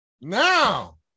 Now